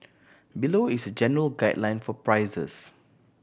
below is a general guideline for prices